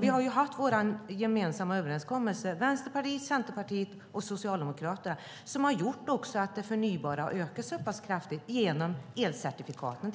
Vi har ju haft vår gemensamma överenskommelse - Vänsterpartiet, Centerpartiet och Socialdemokraterna - som har gjort att det förnybara har ökat så pass kraftigt genom till exempel elcertifikaten.